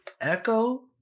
Echo